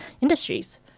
industries